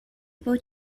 able